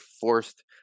forced